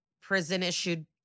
prison-issued